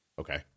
Okay